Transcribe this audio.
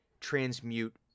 transmute